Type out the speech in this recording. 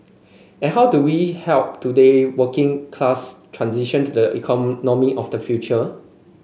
and how do we help today working class transition to the economy of the future